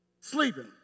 sleeping